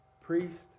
priest